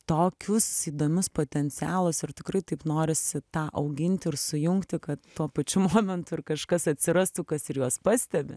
tokius įdomus potencialus ir tikrai taip norisi tą auginti ir sujungti kad tuo pačiu momentu ir kažkas atsirastų kas ir juos pastebi